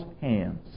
hands